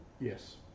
Yes